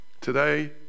Today